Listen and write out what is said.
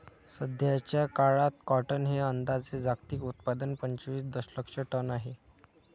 सध्याचा काळात कॉटन हे अंदाजे जागतिक उत्पादन पंचवीस दशलक्ष टन आहे